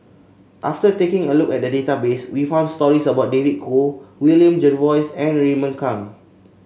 after taking a look at the database we found stories about David Kwo William Jervois and Raymond Kang